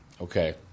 Okay